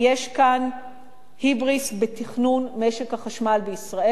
יש כאן היבריס בתכנון משק החשמל בישראל.